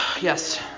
Yes